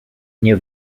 nie